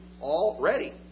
already